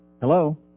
Hello